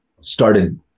started